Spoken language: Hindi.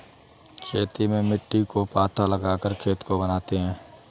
खेती में मिट्टी को पाथा लगाकर खेत को बनाते हैं?